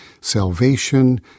salvation